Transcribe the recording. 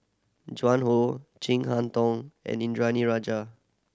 Joan Hon Chin Harn Tong and Indranee Rajah